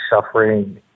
suffering